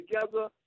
together